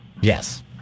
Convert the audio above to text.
Yes